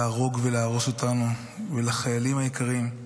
להרוג ולהרוס אותנו, ועל החיילים היקרים,